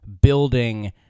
building